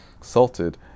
salted